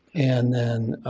and then